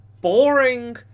boring